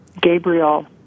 Gabriel